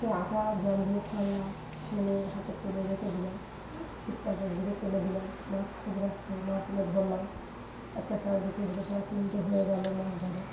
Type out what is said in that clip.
একটু আটা জল দিয়ে ছানলাম নেে হাতের তেলে রেখে দিলাম ছিপটাকে দূরে চেলে দিলাম মাঠ খুঁচরাচ্ছে মাছগুলো ধরলাম একটা ছাড়া দুটো দুটো ছড়া তিনটে হয়ে গেলো মাছ ধরা